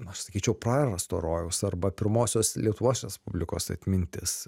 aš sakyčiau prarasto rojaus arba pirmosios lietuvos respublikos atmintis